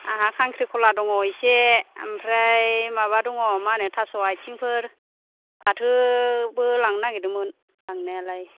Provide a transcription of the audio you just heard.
आंहा खांख्रिखला दङ एसे ओमफ्राय माबा दङ मा होनो थास' आइथिंफोर फाथोबो लांनो नागिरदोंमोन लांनायालाय